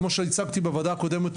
כמו שהצגתי בוועדה הקודמת,